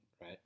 Right